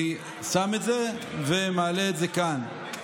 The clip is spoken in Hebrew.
אני שם את זה ומעלה את זה כאן בדיון.